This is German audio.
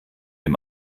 dem